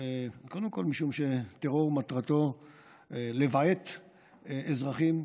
קודם כול משום שטרור מטרתו לבעת אזרחים,